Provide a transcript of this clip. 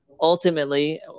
ultimately